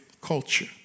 culture